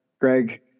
Greg